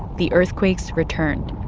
the earthquakes returned,